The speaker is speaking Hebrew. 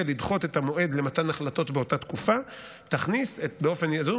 לדחות את המועד למתן החלטות באותה תקופה תכניס באופן יזום,